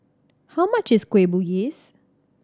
how much is Kueh Bugis